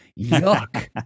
yuck